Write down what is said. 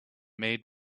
made